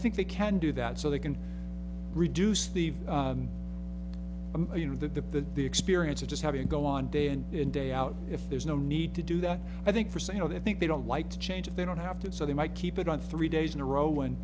think they can do that so they can reduce the you know the the experience of just having a go on day in and day out if there's no need to do that i think for say you know they think they don't like to change if they don't have to so they might keep it on three days in a row